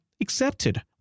accepted